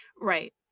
Right